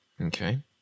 Okay